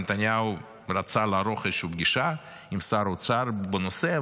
נתניהו רצה לערוך פגישה עם שר האוצר בנושא,